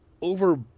over